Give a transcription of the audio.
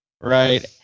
Right